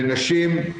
ונשים,